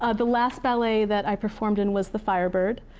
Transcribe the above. ah the last ballet that i performed in was the firebird,